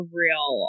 real